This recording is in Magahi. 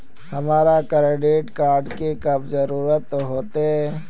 हमरा क्रेडिट कार्ड की कब जरूरत होते?